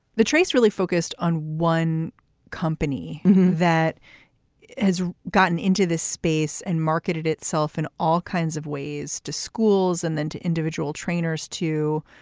the trace really focused on one company that has gotten into this space and marketed itself in all kinds of ways to schools and then to individual trainers to.